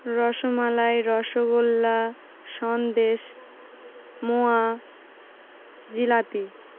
রসমালাই রসগোল্লা সন্দেশ মোয়া জিলাপি